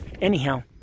anyhow